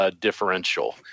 differential